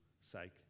sake